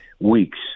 weeks